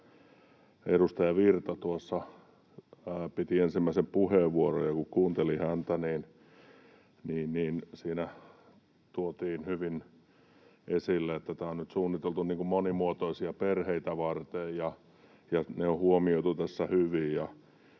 Edustaja Virta tuossa piti ensimmäisen puheenvuoron, ja kun kuuntelin häntä, niin siinä tuotiin hyvin esille, että tämä on nyt suunniteltu monimuotoisia perheitä varten ja ne on huomioitu tässä hyvin